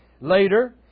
later